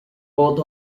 both